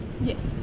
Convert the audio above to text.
Yes